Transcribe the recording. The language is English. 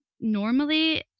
normally